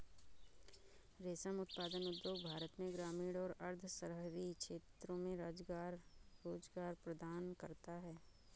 रेशम उत्पादन उद्योग भारत में ग्रामीण और अर्ध शहरी क्षेत्रों में रोजगार प्रदान करता है